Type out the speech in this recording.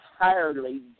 entirely